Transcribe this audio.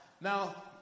Now